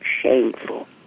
shameful